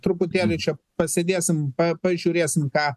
truputėlį čia pasėdėsim pa pažiūrėsim ką